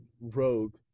Rogue